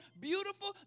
beautiful